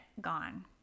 gone